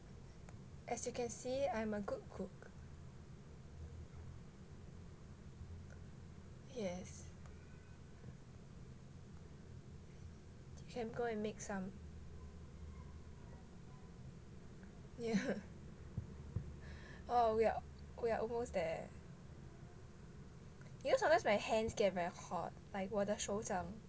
as you can see I'm a good cook yes can go and make some !wow! we are we are almost there you know sometimes my hands get very hot like 我的手掌